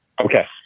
Okay